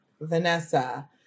Vanessa